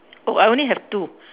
oh I only have two